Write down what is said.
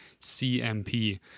CMP